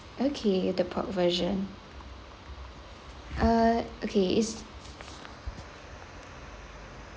okay the pork version uh okay is